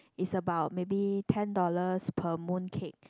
is about maybe ten dollars per mooncake